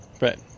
Right